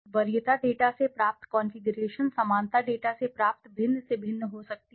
वरीयता डेटा से प्राप्त कॉन्फ़िगरेशन समानता डेटा से प्राप्त भिन्न से भिन्न हो सकती है